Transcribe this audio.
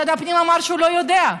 משרד הפנים אמר שהוא לא יודע,